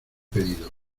pedido